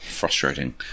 frustrating